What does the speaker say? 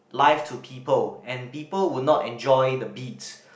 life to people and people would not enjoyed the beat